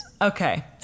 Okay